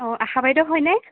অঁ আশা বাইদেউ হয়নে